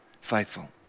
faithful